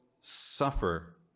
suffer